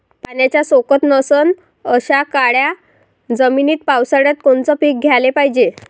पाण्याचा सोकत नसन अशा काळ्या जमिनीत पावसाळ्यात कोनचं पीक घ्याले पायजे?